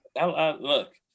look